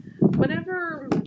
whenever